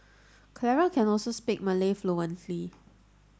Clara can also speak Malay fluently